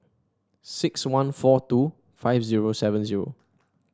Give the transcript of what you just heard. six one four two five zero seven zero